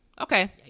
okay